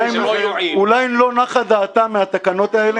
אולי לא נחה דעתם מהתקנות האלה?